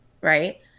right